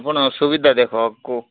କ'ଣ ସୁବିଧା ଦେଖ